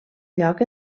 lloc